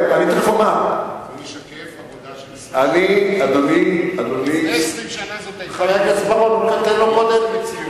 לפני 20 שנה זו היתה, היום זו מציאות.